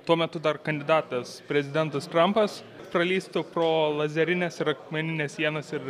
tuo metu dar kandidatas prezidentas trampas pralįstų pro lazerines ir akmenines sienas ir